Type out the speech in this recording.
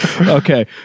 okay